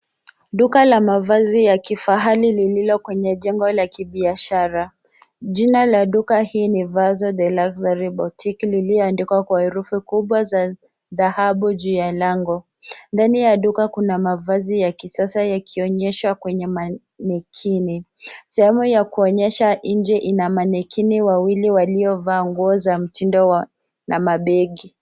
jengo la kibiashara. Jina la duka hili ni The Luxury Boutique, limeandikwa kwa herufi kubwa za dhahabu juu ya lango. Ndani ya duka kuna mavazi ya kisasa yanayoonyeshwa kwenye manekeni. Sehemu ya maonyesho ya nje ina manekeni waliovaa nguo za mtindo pamoja na mabegi